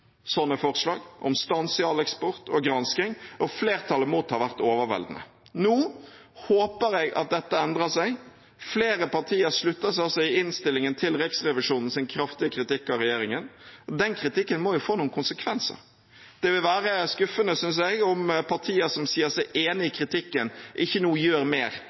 sånne forslag, om stans i all eksport og gransking, og flertallet imot har vært overveldende. Nå håper jeg at dette endrer seg. Flere partier slutter seg altså i innstillingen til Riksrevisjonens kraftige kritikk av regjeringen. Den kritikken må få noen konsekvenser. Det vil være skuffende, synes jeg, om partier som sier seg enige i kritikken, ikke nå gjør mer